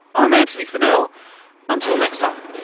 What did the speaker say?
i'm antony funnell, until next time!